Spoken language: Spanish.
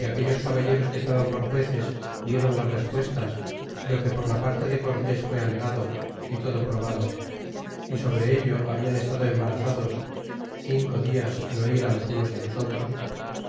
a aquellos caballeros que estaban por jueces viéron las respuestas y lo que por la parte de cortés fué alegado y todo probado y sobre ello habian estado embarazados cinco dias en oir los unos y los otros